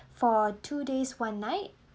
for two days one night